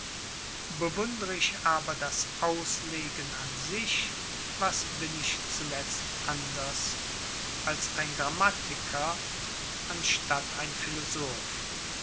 bewundere ich aber das auslegen an sich was bin ich zuletzt anders als ein grammatiker anstatt ein philosoph